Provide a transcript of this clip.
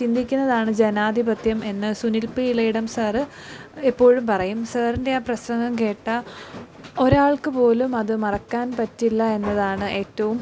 ചിന്തിക്കുന്നതാണ് ജനാതിപത്യം എന്ന് Sunil P Elayidam sir എപ്പോഴും പറയും സാറിൻ്റെ ആ പ്രസംഗം കേട്ടാൽ ഒരാൾക്കുപോലും അത് മറക്കാൻ പറ്റില്ല എന്നതാണ് ഏറ്റവും